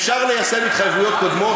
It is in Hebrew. אפשר ליישם התחייבויות קודמות?